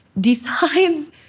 decides